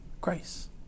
Grace